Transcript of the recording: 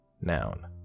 Noun